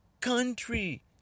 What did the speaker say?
country